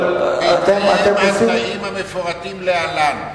בהתקיים התנאים המפורטים להלן.